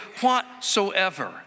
whatsoever